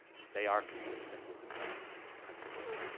they are consistent with the merit system principles.